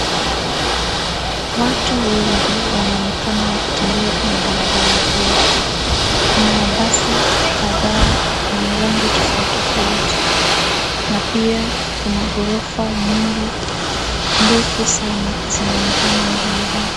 Watu wengi wanaonekana wakitembea kwenye barabara hii .Kuna mabasi kadhaa yenye rangi tofauti tofauti na pia kuna ghorofa nyingi ndefu sana zinaonekana mahali hapa.